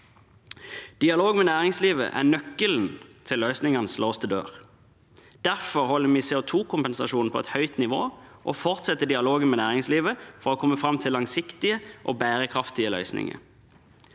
Dialog med næringslivet er nøkkelen til løsningenes låste dør. Derfor holder vi CO2-kompensasjonen på et høyt nivå og fortsetter dialogen med næringslivet for å komme fram til langsiktige og bærekraftige løsninger.